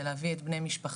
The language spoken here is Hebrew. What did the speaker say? זה להביא את בני משפחתו,